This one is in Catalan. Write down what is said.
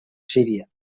síria